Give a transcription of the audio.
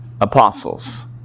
apostles